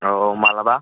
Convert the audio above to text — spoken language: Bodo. औ औ माब्लाबा